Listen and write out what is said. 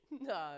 No